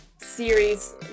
series